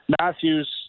Matthews